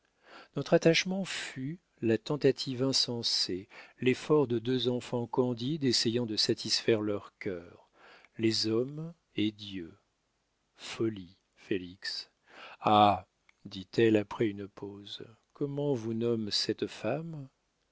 notre attachement fut la tentative insensée l'effort de deux enfants candides essayant de satisfaire leur cœur les hommes et dieu folie félix ha dit-elle après une pause comment vous nomme cette femme